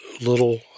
little